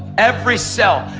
every cell,